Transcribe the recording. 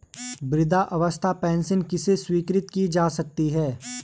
वृद्धावस्था पेंशन किसे स्वीकृत की जा सकती है?